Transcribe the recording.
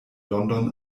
london